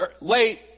late